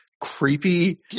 creepy